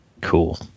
Cool